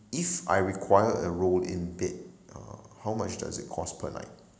if I require a roll in bed uh how much does it cost per night